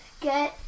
Good